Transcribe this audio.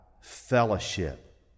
fellowship